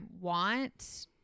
want